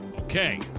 Okay